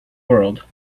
world